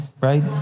right